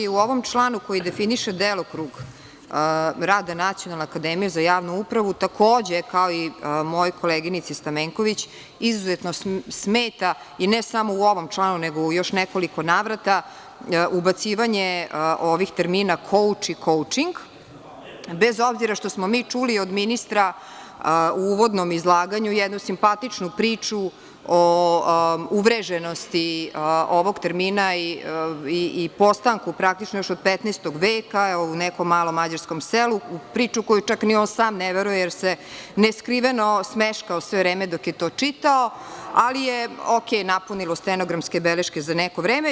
U ovom članu koji definiše delokrug rada Nacionalne akademije za javnu upravu, takođe, kao i mojoj koleginici Stamenković, izuzetno smeta, i ne samo u ovom članu, nego u još nekoliko navrata, ubacivanje ovih termina „kouč“ i „koučing“, bez obzira što smo mi čuli od ministra u uvodnom izlaganju jednu simpatičnu priču o uvreženosti ovog termina i postanku praktično još od 15. veka u nekom malom mađarskom selu, priču u koju čak ni on sam ne veruje, jer se neskriveno smeškao sve vreme dok je to čitao, ali je okej, napunilo stenografske beleške za neko vreme.